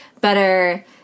better